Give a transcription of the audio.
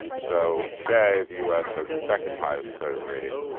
so today, the u s. has the second-highest credit rating.